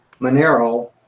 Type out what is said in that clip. Monero